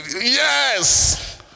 Yes